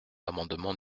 amendement